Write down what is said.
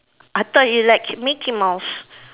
I thought you like mickey mouse